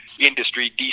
industry